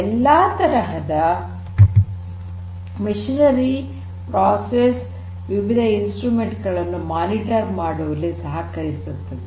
ಎಲ್ಲಾ ತರಹದ ಯಂತ್ರೋಪಕರಣಗಳು ಪ್ರೋಸೆಸ್ ವಿವಿಧ ಉಪಕರಣಗಳ ಮೇಲ್ವಿಚಾರಣೆ ಮಾಡುವಲ್ಲಿ ಸಹಕರಿಸುತ್ತದೆ